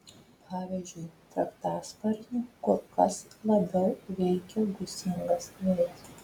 pavyzdžiui sraigtasparnį kur kas labiau veikia gūsingas vėjas